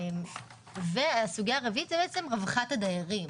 סוגיה רביעית היא רווח הדיירים.